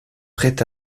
prêt